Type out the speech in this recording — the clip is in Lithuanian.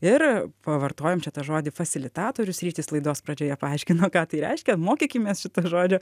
ir pavartojom čia tą žodį fasilitatorius rytis laidos pradžioje paaiškino ką tai reiškia mokykimės šito žodžio